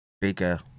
bigger